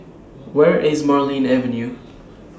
Where IS Marlene Avenue